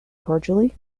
cordially